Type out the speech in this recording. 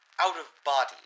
out-of-body